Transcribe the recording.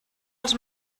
els